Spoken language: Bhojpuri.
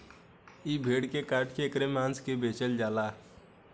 ए भेड़ के काट के ऐकर मांस के बेचल जाला